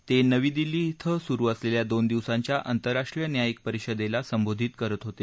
ते नवी दिल्ली ध्वं सुरु असलेल्या दोन दिवसांच्या आंतरराष्ट्रीय न्यायिक परिषदेला संबोधित करत होते